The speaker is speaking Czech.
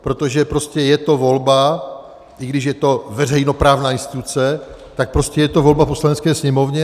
Protože prostě je to volba, i když je to veřejnoprávní instituce, tak prostě je to volba Poslanecké sněmovny.